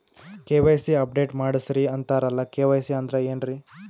KYC update ಮಾಡಸ್ರೀ ಅಂತರಲ್ಲ KYC ಅಂದ್ರ ಏನ್ರೀ?